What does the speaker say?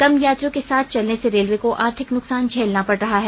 कम यात्रियों के साथ चलने से रेलवे को आर्थिक नुकसान झेलना पड़ रहा है